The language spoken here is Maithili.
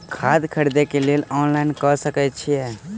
खाद खरीदे केँ लेल ऑनलाइन कऽ सकय छीयै?